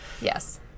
Yes